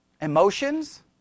Emotions